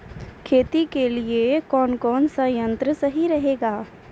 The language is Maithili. खेती के लिए कौन कौन संयंत्र सही रहेगा?